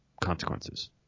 consequences